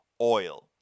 oil